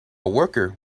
worker